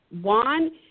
one